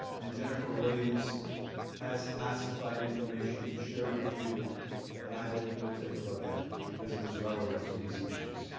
and jennifer williams has classified information to share with you that i hope you will take a look at because it is relevant to these issues.